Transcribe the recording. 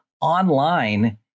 online